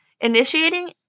initiating